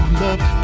love